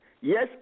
Yes